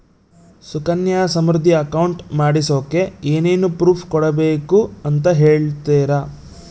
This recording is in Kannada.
ಸುಕನ್ಯಾ ಸಮೃದ್ಧಿ ಅಕೌಂಟ್ ಮಾಡಿಸೋಕೆ ಏನೇನು ಪ್ರೂಫ್ ಕೊಡಬೇಕು ಅಂತ ಹೇಳ್ತೇರಾ?